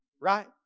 right